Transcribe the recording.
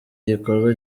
gikorwa